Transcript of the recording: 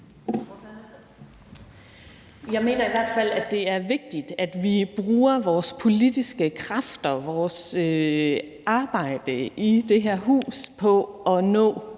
Jeg mener i hvert fald, det er vigtigt, at vi bruger vores politiske kræfter og vores arbejde i det her hus på at nå